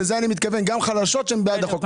גם רשויות חלשות שהן בעד החוק.